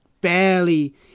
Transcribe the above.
barely